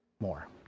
more